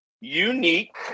unique